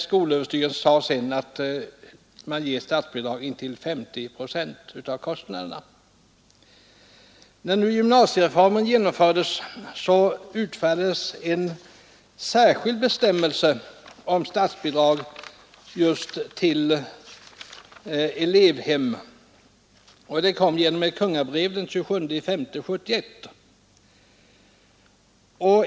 Skolöverstyrelsen sade sedan att statsbidrag skulle utgå intill 50 procent av kostnaderna. När nu gymnasiereformen genomfördes utfärdades en särskild bestämmelse om statsbidrag just till elevhem genom ett kungabrev av den 27 maj 1971.